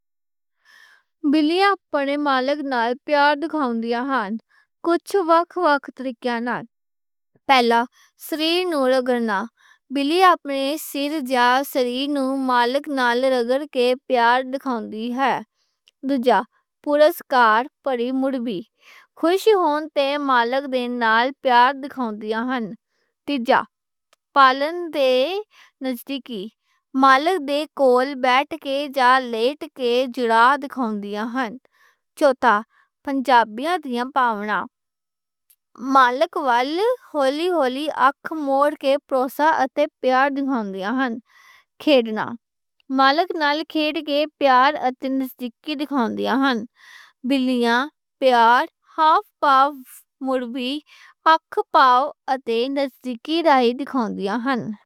بلیاں اپنے مالک نال پیار دکھاؤندیاں ہن۔ کجھ وکھ وکھ طریقیاں نال۔ پہلا، سِر نُوں رگڑنا۔ بلی اپنے سِر نُوں مالک نال رگڑ کے پیار دکھاؤندی ہے۔ دوجا، پرر کرنا۔ خوشی ہون تے مالک نال پیار دکھاؤندی ہے۔ تیجا، پالَن دی نزدیکی۔ مالک دے کول بیٹھ کے جا لیٹ کے جُڑا دکھاؤندی ہے۔ چوتھا، اشارے کے۔ مالک ول ہولی ہولی اکھ مُوند کے بھروسہ اتے پیار دکھاؤندی ہے۔ کھیڈنا، مالک نال کھیڈ کے پیار اتے نزدیکی دکھاؤندی ہے۔ بلیاں پیار، ہاف بلنک، اکھ بلنک اتے نزدیکی راہیں دکھاؤندیاں ہن۔